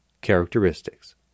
characteristics